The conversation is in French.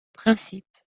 principe